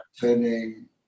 turning